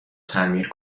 تعمیر